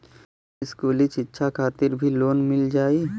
इस्कुली शिक्षा खातिर भी लोन मिल जाई?